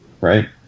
right